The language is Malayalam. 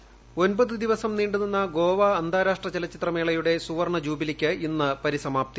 വോയിസ് ഒൻപത് ദിവസം നീണ്ടു നിന്ന ഗോവ അന്താരാഷ്ട്ര ചലച്ചിത്രമേളയുടെ സുവർണ ജൂബിലിയ്ക്ക് ഇന്ന് പരിസമാപ്തി